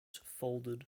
folded